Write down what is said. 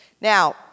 Now